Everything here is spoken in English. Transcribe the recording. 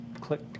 Click